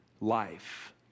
life